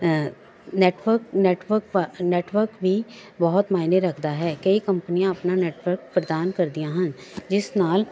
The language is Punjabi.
ਨੈਟਵਰਕ ਨੈਟਵਰਕ ਪ ਨੈਟਵਰਕ ਵੀ ਬਹੁਤ ਮਾਇਨੇ ਰੱਖਦਾ ਹੈ ਕਈ ਕੰਪਨੀਆਂ ਆਪਣਾ ਨੈਟਵਰਕ ਪ੍ਰਦਾਨ ਕਰਦੀਆਂ ਹਨ ਜਿਸ ਨਾਲ